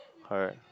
correct